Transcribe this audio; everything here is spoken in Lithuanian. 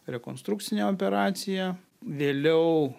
rekonstrukcinę operaciją vėliau